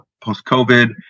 post-COVID